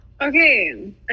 Okay